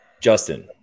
Justin